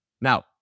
Now